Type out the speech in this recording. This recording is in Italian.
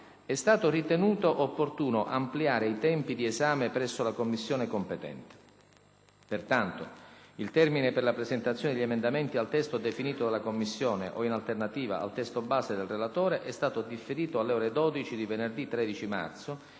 estato ritenuto opportuno ampliare i tempi di esame presso la Commissione competente. Pertanto, il termine per la presentazione degli emendamenti al testo definito dalla Commissione o, in alternativa, al testo base del relatore e stato differito alle ore 12 di venerdı13 marzo,